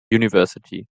university